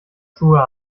schuhe